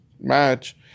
match